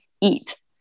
eat